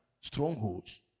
Strongholds